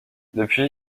depuis